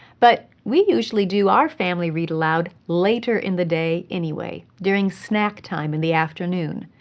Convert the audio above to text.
but we usually do our family read-aloud later in the day anyway, during snack time in the afternoon.